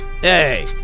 Hey